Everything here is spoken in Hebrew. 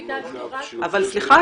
סליחה,